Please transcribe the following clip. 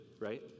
right